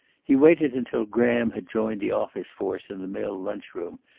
he waited until graham had joined the office force in the mill lunchroom,